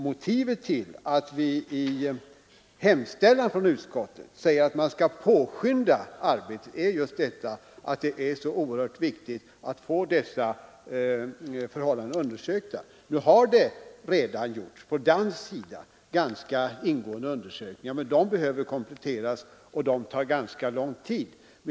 Motivet till att vi i hemställan från utskottet säger att man skall påskynda arbetet är just att det är så viktigt att få dessa förhållanden undersökta. På dansk sida har ganska ingående undersökningar gjorts, men dessa behöver kompletteras, vilket tar ganska lång tid.